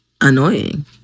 annoying